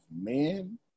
men